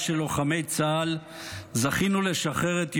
של לוחמי צה"ל זכינו לשחרר את יהודה,